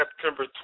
September